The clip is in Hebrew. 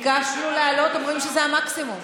ביקשנו להעלות, אומרים שזה המקסימום.